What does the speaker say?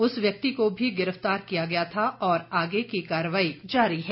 उस व्यक्ति को भी गिरफ्तार किया गया था और आगे की कार्रवाई जारी है